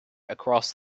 across